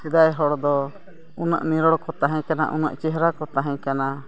ᱥᱮᱫᱟᱭ ᱦᱚᱲ ᱫᱚ ᱩᱱᱟᱹᱜ ᱱᱤᱨᱚᱲ ᱠᱚ ᱛᱟᱦᱮᱸ ᱠᱟᱱᱟ ᱩᱱᱟᱹᱜ ᱪᱮᱦᱨᱟ ᱠᱚ ᱛᱟᱦᱮᱸ ᱠᱟᱱᱟ